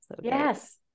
Yes